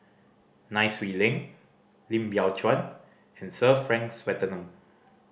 Nai Swee Leng Lim Biow Chuan and Sir Frank Swettenham